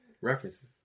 References